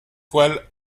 poêle